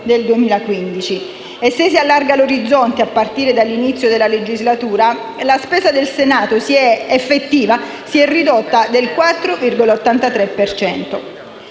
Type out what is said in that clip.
E se si allarga l'orizzonte a partire dall'inizio della legislatura, la spesa effettiva del Senato si è ridotta del 4,83